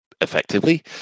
Effectively